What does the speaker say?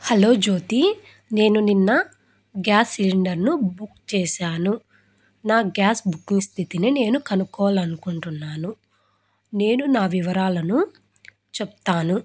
hello Jyoti నేను నిన్న gas సిలిండర్ను బుక్ చేశాను నా గ్యాస్ బుకింగ్ స్థితిని నేను కనుక్కోవాలి అనుకుంటున్నాను నేను నా వివరాలను చెప్తాను